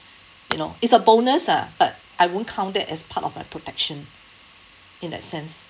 you know it's a bonus ah but I won't count that as part of my protection in that sense